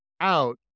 out